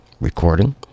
recording